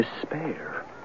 despair